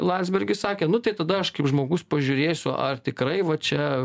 landsbergis sakė nu tai tada aš kaip žmogus pažiūrėsiu ar tikrai va čia